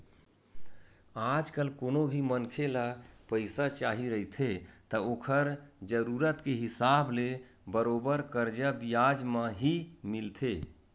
आजकल कोनो भी मनखे ल पइसा चाही रहिथे त ओखर जरुरत के हिसाब ले बरोबर करजा बियाज म ही मिलथे